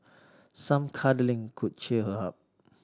some cuddling could cheer her up